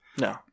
No